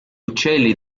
uccelli